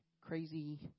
crazy